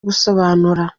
gusobanura